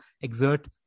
exert